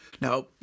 Now